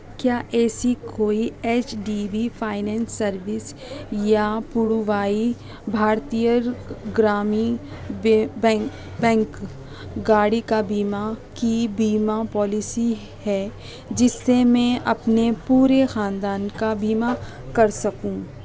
کیا ایسی کوئی H D B finance service یا پڑووائی بھارتیہ گرامی بینک گاڑی کا بیمہ کی بیمہ پالیسی ہے جس سے میں اپنے پورے خاندان کا بیمہ کر سکوں